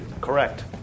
correct